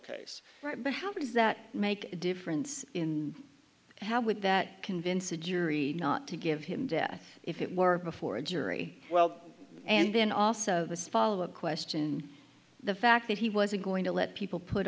case right but how does that make a difference in how would that convince a jury not to give him death if it were before a jury well and then also the spa would question the fact that he wasn't going to let people put